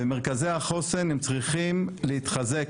ומרכזי החוסן הם צריכים להתחזק,